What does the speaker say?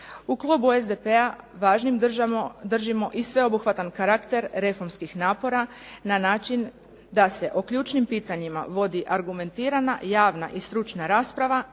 U klubu SDP-a važnim držimo i sveobuhvatan karakter reformskih napora na način da se o ključnim pitanjima vodi argumentirana, javna i stručna rasprava,